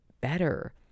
better